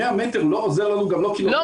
100 מטר לא עוזר לנו גם לא קילומטר.